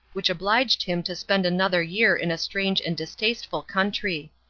which obliged him to spend another year in a strange and distasteful country.